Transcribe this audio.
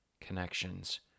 connections